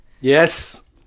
Yes